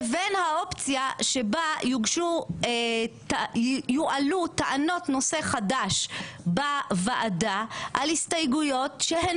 לבין האופציה בה יועלו טענות נושא חדש בוועדה על הסתייגויות שהן